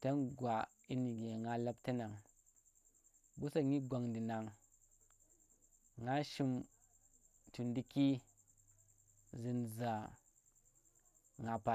tan gwa dyi nuge nga lapta nang. Mbu sonyi gwang ndu nang, nga shim ku nduki zun za nga pa